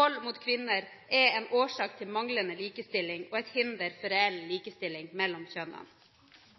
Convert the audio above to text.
Vold mot kvinner er en årsak til manglende likestilling og et hinder for reell